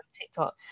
TikTok